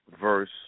verse